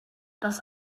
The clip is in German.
das